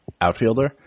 outfielder